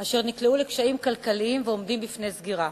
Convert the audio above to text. אשר נקלעו לקשיים כלכליים ועומדים בפני סגירה.